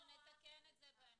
אנחנו עוברים לסעיף הבא.